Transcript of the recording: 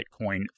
Bitcoin